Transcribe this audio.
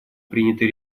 принятой